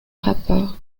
rapport